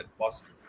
possible